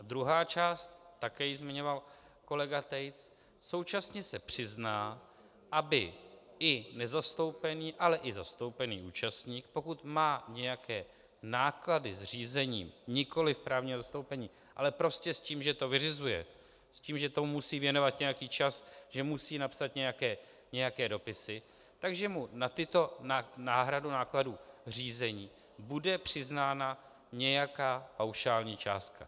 Druhá část, také ji zmiňoval kolega Tejc, současně se přizná, aby i nezastoupený, ale i zastoupený účastník, pokud má nějaké náklady s řízením nikoliv právního zastoupení, ale prostě s tím, že to vyřizuje, s tím, že tomu musí věnovat nějaký čas, že musí napsat nějaké dopisy, že mu na tuto náhradu nákladů řízení bude přiznána nějaká paušální částka.